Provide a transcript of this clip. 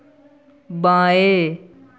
बाएँ